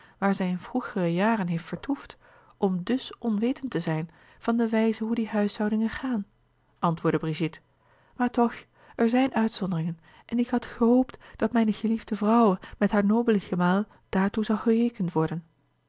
waar zij in vroegere jaren heeft vertoefd om dus onwetend te zijn van de wijze hoe die huishoudingen gaan antwoordde brigitte maar toch er zijn uitzonderingen en ik had gehoopt dat mijne geliefde vrouwe met haar nobelen gemaal daartoe zouden gerekend worden